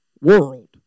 world